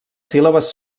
síl·labes